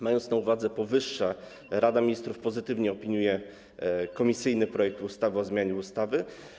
Mając na uwadze powyższe, Rada Ministrów pozytywnie opiniuje ten komisyjny projekt ustawy o zmianie ustawy.